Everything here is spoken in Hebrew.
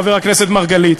חבר הכנסת מרגלית,